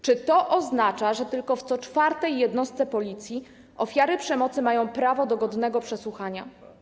Czy to oznacza, że tylko w co czwartej jednostce Policji ofiary przemocy mają prawo do godnego przesłuchania?